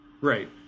Right